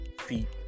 feet